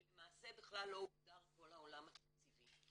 ולמעשה בכלל לא הוגדר כל העולם התקציבי.